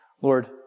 Lord